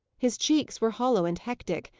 his cheeks were hollow and hectic,